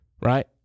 right